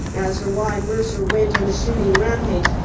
as for why mercer went on a shooting rampage,